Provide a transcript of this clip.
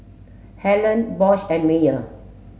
Helen Bosch and Mayer